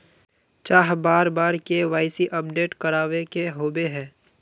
चाँह बार बार के.वाई.सी अपडेट करावे के होबे है?